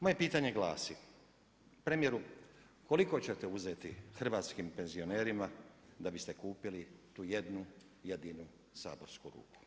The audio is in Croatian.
Moje pitanje glasi, premijeru koliko ćete uzeti hrvatskim penzionerima da biste kupili tu jednu jedinu saborsku ruku?